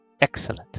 Excellent